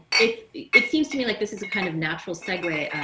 if it seems to me like this is a kind of natural segway.